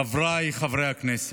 חבריי חברי הכנסת,